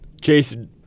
Jason